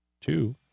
two